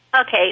Okay